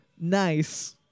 nice